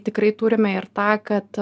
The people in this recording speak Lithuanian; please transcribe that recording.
tikrai turime ir tą kad